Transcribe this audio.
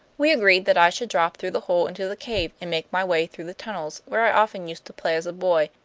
we agreed that i should drop through the hole into the cave, and make my way through the tunnels, where i often used to play as a boy,